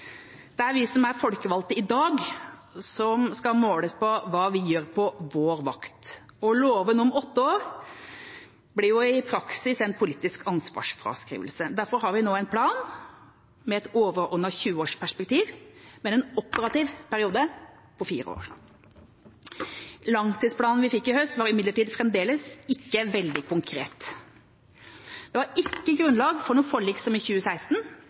Det er vi som er folkevalgte i dag, som skal måles på hva vi gjør på vår vakt. Å love noe om åtte år blir i praksis en politisk ansvarsfraskrivelse. Derfor har vi nå en plan med et overordnet 20-årsperspektiv, men en operativ periode på fire år. Langtidsplanen vi fikk i høst, var imidlertid fremdeles ikke veldig konkret. Det var ikke grunnlag for noe forlik som i 2016,